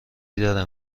داره